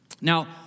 Now